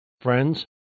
friends